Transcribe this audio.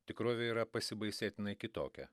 tikrovė yra pasibaisėtinai kitokia